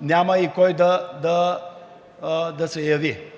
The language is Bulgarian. няма и кой да се яви